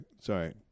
Sorry